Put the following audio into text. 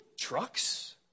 trucks